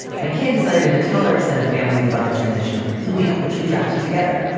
my kid decided to tell our extended families about their transition over email, which we drafted together.